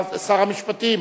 שר המשפטים,